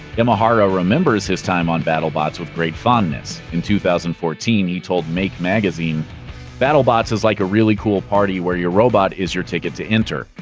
imahara remembers his time on battlebots with great fondness. in two thousand and fourteen, he told make magazine battlebots is like a really cool party where your robot is your ticket to enter.